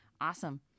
Awesome